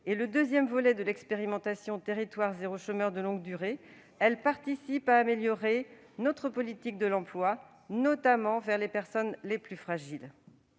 et le deuxième volet de l'expérimentation « territoires zéro chômeur de longue durée », elle participe à améliorer notre politique de l'emploi, notamment vers les personnes les plus fragiles.